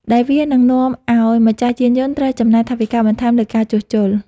ដែលវានឹងនាំឱ្យម្ចាស់យានយន្តត្រូវចំណាយថវិកាបន្ថែមលើការជួសជុល។